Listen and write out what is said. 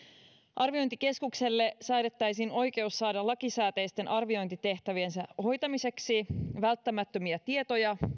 arviointikeskukselle säädettäisiin oikeus saada lakisääteisten arviointitehtäviensä hoitamiseksi välttämättömiä tietoja